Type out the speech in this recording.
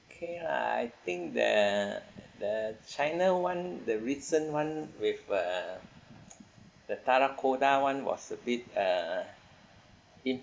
okay lah I think the the china one the recent one with uh the terracotta one was a bit uh